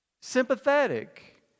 sympathetic